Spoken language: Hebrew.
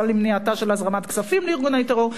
למניעתה של הזרמת כספים לארגוני טרור,